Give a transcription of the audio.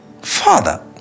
father